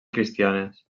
cristianes